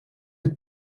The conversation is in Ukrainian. від